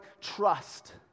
trust